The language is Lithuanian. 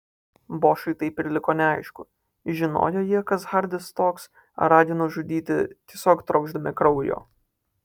bošui taip ir liko neaišku žinojo jie kas hardis toks ar ragino žudyti tiesiog trokšdami kraujo